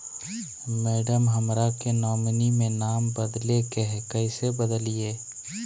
madam, हमरा के nominee में नाम बदले के हैं, कैसे बदलिए